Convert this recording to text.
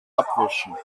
abwischen